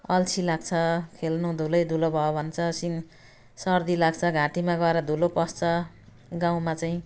अल्छी लाग्छ खेल्नु धुलै धुलो भयो भन्छ सिन सर्दी लाग्छ घाँटीमा गएर धुलो पस्छ गाउँमा चाहिँ